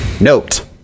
Note